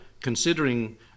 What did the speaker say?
considering